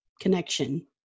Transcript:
connection